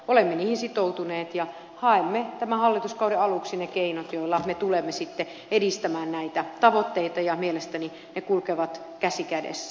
olemme niihin sitoutuneet ja haemme tämän hallituskauden aluksi ne keinot joilla me tulemme edistämään näitä tavoitteita ja mielestäni ne kulkevat käsi kädessä